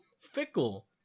fickle